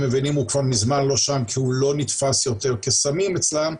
מבינים הוא כבר מזמן לא שם כי הוא לא נתפס יותר כסמים אצלם,